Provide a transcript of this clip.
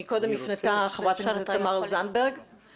שמקודם הפנתה חברת הכנסת תמר זנדברג